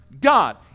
God